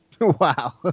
Wow